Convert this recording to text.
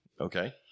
Okay